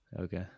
Okay